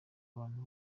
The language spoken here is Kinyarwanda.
abantu